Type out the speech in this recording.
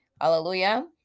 hallelujah